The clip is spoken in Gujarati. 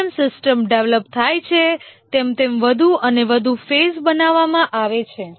જેમ જેમ સિસ્ટમ ડેવલપ થાય છે તેમ તેમ વધુ અને વધુ ફેઝ બનાવવામાં આવે છે